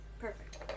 perfect